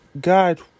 God